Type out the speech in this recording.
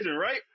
right